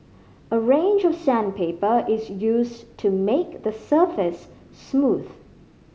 a range of sandpaper is used to make the surface smooth